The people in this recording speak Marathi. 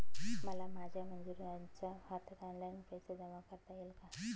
मला माझ्या मजुरांच्या खात्यात ऑनलाइन पैसे जमा करता येतील का?